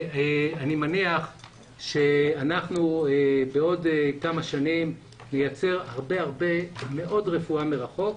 אני מניח שאנחנו בעוד כמה שנים נייצר הרבה מאוד רפואה מרחוק.